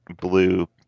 blue